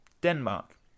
Denmark